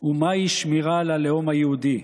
ומהי שמירה על הלאום היהודי.